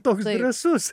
toks drąsus